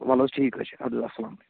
وَلہٕ حظ ٹھیٖک حظ چھِ اَدٕ حظ اَسلامُ علیکُم